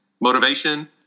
motivation